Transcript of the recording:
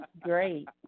great